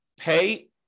pay